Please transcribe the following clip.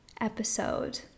episode